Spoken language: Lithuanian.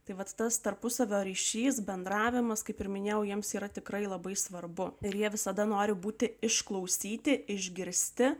tai vat tas tarpusavio ryšys bendravimas kaip ir minėjau jiems yra tikrai labai svarbu ir jie visada nori būti išklausyti išgirsti